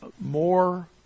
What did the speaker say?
more